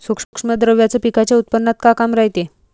सूक्ष्म द्रव्याचं पिकाच्या उत्पन्नात का काम रायते?